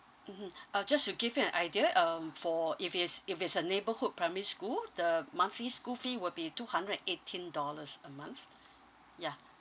mmhmm uh just to give you an idea um for if it's if it's a neighbourhood primary school the monthly school fee will be two hundred eighteen dollars a month ya